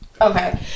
Okay